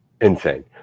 Insane